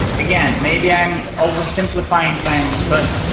again maybe i'm oversimplifying things, but